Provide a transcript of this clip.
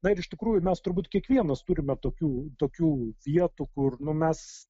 na ir iš tikrųjų mes turbūt kiekvienas turime tokių tokių vietų kur nu mes